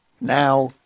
Now